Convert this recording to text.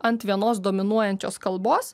ant vienos dominuojančios kalbos